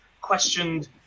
questioned